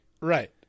Right